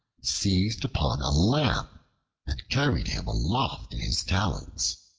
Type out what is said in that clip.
seized upon a lamb and carried him aloft in his talons.